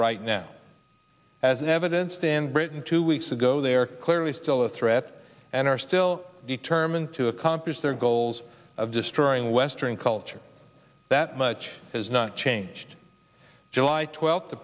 right now as evidenced in britain two weeks ago they are clearly still a threat and are still determined to accomplish their goals of destroying western culture that much has not changed july twelfth the